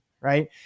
right